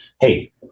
hey